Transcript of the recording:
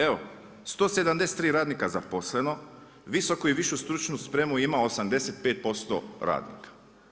Evo, 173 radnika zaposleno, visoku i višu stručnu spremu ima 85% radnika.